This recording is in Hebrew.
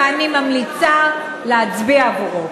ואני ממליצה להצביע עבורו.